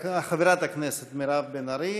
חברת הכנסת מירב בן ארי,